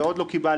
ועוד לא קיבלתי.